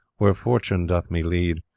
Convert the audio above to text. where fortune doth me lead.